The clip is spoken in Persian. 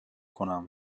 کنم